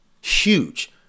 huge